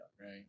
Right